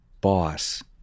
boss